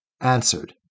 answered